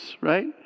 right